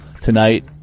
tonight